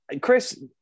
Chris